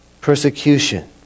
persecution